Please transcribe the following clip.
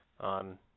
on